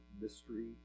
mystery